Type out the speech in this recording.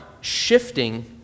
shifting